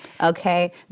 okay